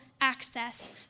access